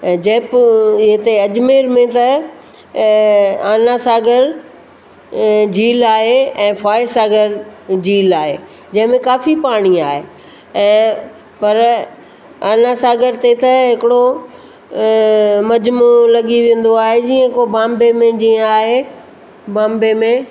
ऐं जयपुर हिते अजमेर में त अन्नासागर झील आहे ऐं फॉयसागर झील आहे जंहिं में काफ़ी पाणी आहे ऐं पर अन्नासागर ते त हिकिड़ो मजमू लॻी वेंदो आहे जीअं को बाम्बे में जीअं आहे बॉम्बे में